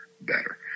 better